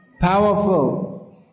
powerful